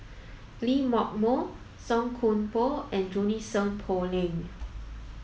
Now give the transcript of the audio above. Lee Hock Moh Song Koon Poh and Junie Sng Poh Leng